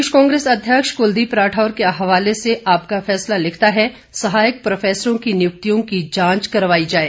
प्रदेश कांग्रेस अध्यक्ष कुलदीप राठौर के हवाले से आपका फैसला लिखता है सहायक प्रोफेसरों की नियुक्तियां की जांच करवाई जाए